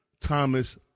Thomas